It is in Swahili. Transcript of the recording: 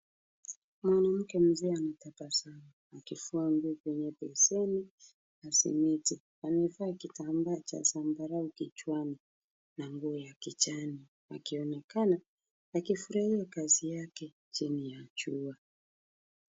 Mwanamke mzee ametabasamu akifua nguo kwenye beseni na simiti amevaa kitambaa cha zambarau kichwani na nguo ya kijani akionekana akifurahia kazi yake chini ya jua.